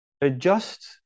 adjust